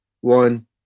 one